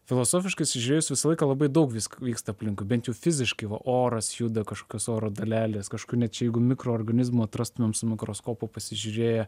filosofiškai įsižiūrėjus visą laiką labai daug visko vyksta aplinkui bent jau fiziškai va oras juda kažkokios oro dalelės kažkur net čia jeigu mikroorganizmų atrastumėm su mikroskopu pasižiūrėję